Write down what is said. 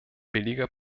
billiger